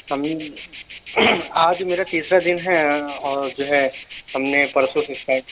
ہم آج میرا تیسرا دن ہے اور جو ہے ہم نے پرسوں سے اسٹاٹ